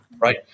Right